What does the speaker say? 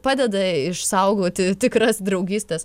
padeda išsaugoti tikras draugystes